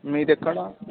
మీది ఎక్కడా